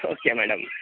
okay madam